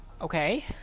okay